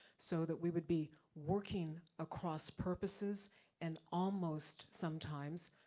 so that we would be working across purposes and almost sometimes,